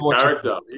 character